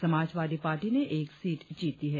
Samajwadi party ने एक seat जीती हैं